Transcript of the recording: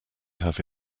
have